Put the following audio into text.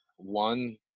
One